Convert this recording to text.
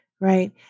Right